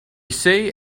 say